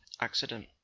accident